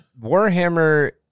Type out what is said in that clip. Warhammer